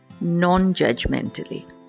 non-judgmentally